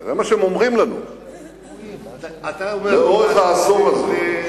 זה מה שהם אומרים לנו לאורך העשור הזה.